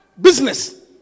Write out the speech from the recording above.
Business